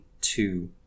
two